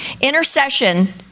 Intercession